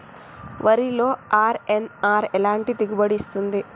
వరిలో అర్.ఎన్.ఆర్ ఎలాంటి దిగుబడి ఇస్తుంది?